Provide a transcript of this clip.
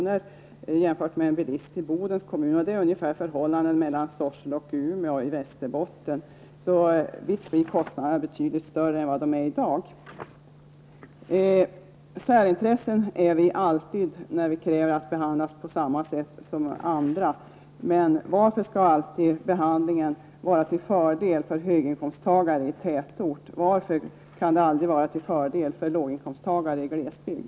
jämfört med kostnaderna för en bilist i Bodens kommun. Det är ungefär förhållandet mellan Sorsele och Umeå i Västerbotten. Kostnaderna blir alltså betydligt högre än vad de är i dag. Särintressen kallas vi alltid när vi kräver att bli behandlade på samma sätt som andra. Men varför skall alltid behandlingen vara till fördel för höginkomsttagare i tätort? Varför kan den aldrig vara till fördel för låginkomsttagare i glesbygd?